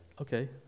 okay